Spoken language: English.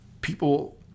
people